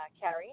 Carrie